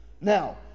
Now